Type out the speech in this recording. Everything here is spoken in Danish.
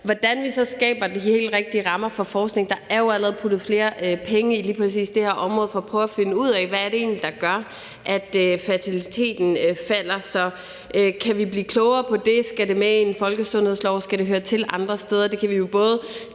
hvordan vi så skaber de helt rigtige rammer for forskning. Der er jo allerede puttet flere penge i lige præcis det her område for at prøve at finde ud af, hvad det egentlig er, der gør, at fertiliteten falder. Kan vi blive klogere på det? Skal det med i en folkesundhedslov? Skal det høre til andre steder? Det kan vi jo både